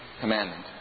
commandment